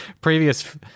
previous